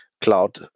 cloud